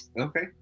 okay